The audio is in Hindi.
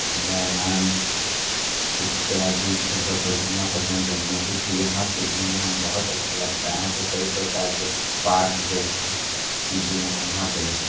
बेरहान इत्यादि जगह पे घूमना पसंद करते हैं क्योंकि यहाँ पे घूमना हमें बहुत अच्छा लगता है यहाँ पे कई प्रकार के पार्क जैसे चीज़ें हैं यहाँ पे